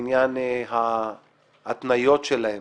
בעניין ההתניות שלהם